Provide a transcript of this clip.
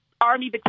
Army